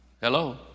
hello